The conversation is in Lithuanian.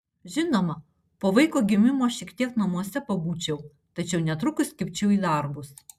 žinoma po vaiko gimimo šiek tiek namuose pabūčiau tačiau netrukus kibčiau į darbus